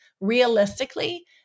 realistically